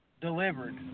delivered